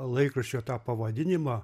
laikraščio tą pavadinimą